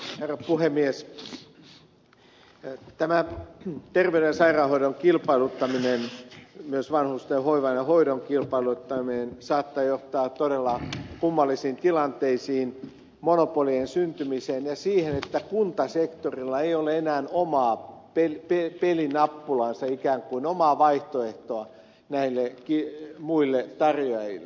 tämä terveyden ja sairaanhoidon kilpailuttaminen myös vanhusten hoivan ja hoidon kilpailuttaminen saattaa johtaa todella kummallisiin tilanteisiin monopolien syntymiseen ja siihen että kuntasektorilla ei ole enää omaa pelinappulaansa ikään kuin omaa vaihtoehtoa näille muille tarjoajille